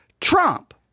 Trump